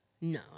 No